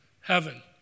heaven